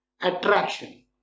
Attraction